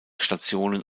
stationen